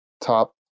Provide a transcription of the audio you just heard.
top